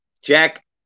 Jack